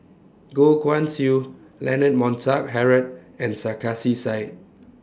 Goh Guan Siew Leonard Montague Harrod and Sarkasi Said